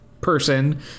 person